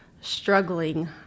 struggling